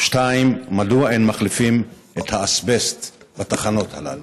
2. מדוע אין מחליפים את האזבסט בתחנות הללו?